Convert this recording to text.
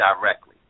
directly